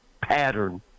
pattern